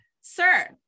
sir